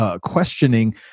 questioning